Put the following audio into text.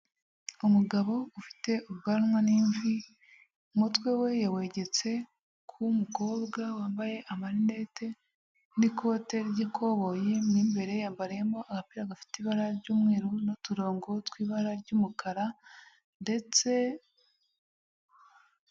Umugabo ufite ubwanwa n'imvi, umutwe we yawegetse ku w'umukobwa wambaye amarinete n'ikote ry'ikoboyi, mu imbere yambarimo agapira gafite ibara ry'umweru n'uturongo tw'ibara ry'umukara ndetse...